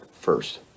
first